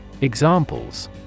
Examples